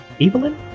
Evelyn